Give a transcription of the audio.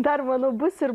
dar manau bus ir